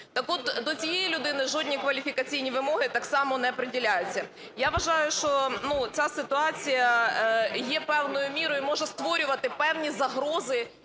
Так от до цієї людини жодні кваліфікаційні вимоги так само не приділяються. Я вважаю, що, ну, ця ситуація є певною мірою, може створювати певні загрози